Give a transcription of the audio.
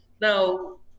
now